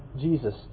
Jesus